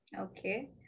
Okay